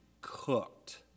cooked